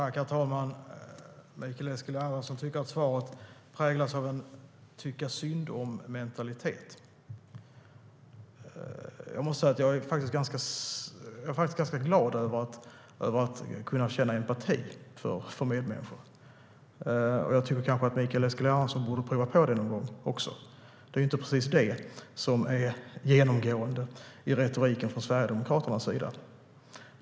Herr talman! Mikael Eskilandersson tycker att svaret präglas av en tycka-synd-om-mentalitet. Jag är glad över att kunna känna empati för mina medmänniskor. Mikael Eskilandersson borde kanske pröva på det någon gång. Det är ju inte precis det som genomsyrar Sverigedemokraternas retorik.